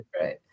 Right